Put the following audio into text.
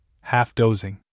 half-dozing